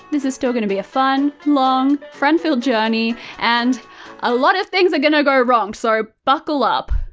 this is still gonna be a fun, long, friend filled journey and a lot of things are gonna go wrong so buckle up.